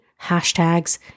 hashtags